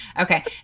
okay